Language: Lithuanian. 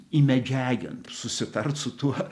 įmedžiagint susitart su tuo